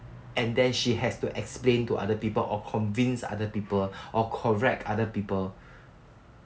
and then she has to explain to other people or convince other people or correct other people